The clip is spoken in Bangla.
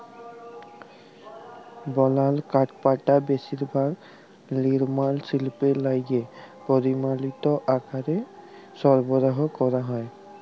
বলাল কাঠপাটা বেশিরভাগ লিরমাল শিল্পে লাইগে পরমালিত আকারে সরবরাহ ক্যরা হ্যয়